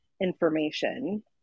information